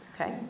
okay